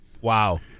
Wow